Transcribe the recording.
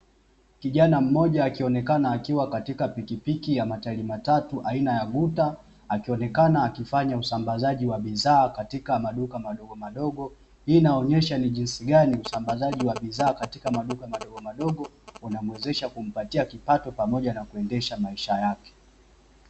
Kijana mmoja akionekana akiwa katika pikipiki ya matairi matatu aina ya guta; akionekana akifanya usambazaji wa bidhaa katika maduka madogo madogo. Hii inaonyesha ni jinsi gani usambazaji wa bidhaa katika maduka madago madogo unamwezesha kumpatia kipato pamoja na kuendesha maisha yake.